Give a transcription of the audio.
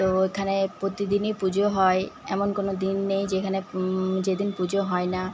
তো এখানে প্রতিদিনই পুজো হয় এমন কোনো দিন নেই যেখানে যেদিন পুজো হয় না